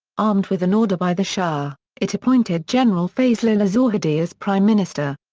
armed with an order by the shah, it appointed general fazlollah zahedi as prime minister.